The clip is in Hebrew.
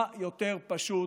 מה יותר פשוט?